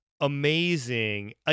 amazing